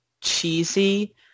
cheesy